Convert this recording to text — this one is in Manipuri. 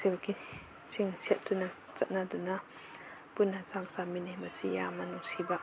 ꯁꯤꯜꯀꯤꯁꯤꯡ ꯁꯦꯠꯇꯨꯅ ꯆꯠꯅꯗꯨꯅ ꯄꯨꯟꯅ ꯆꯥꯛ ꯆꯥꯃꯤꯟꯅꯩ ꯃꯁꯤ ꯌꯥꯝꯅ ꯅꯨꯡꯁꯤꯕ